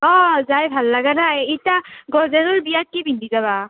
অঁ যাই ভাল লাগা নাই ইটা গজেনৰ বিয়াত কি পিন্ধি যাবা